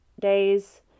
days